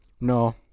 No